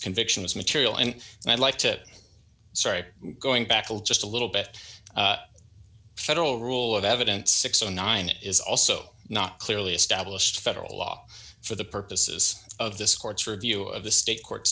conviction is material and i'd like to start going back just a little bit federal rule of evidence six hundred and nine is also not clearly established federal law for the purposes of this court's review of the state court's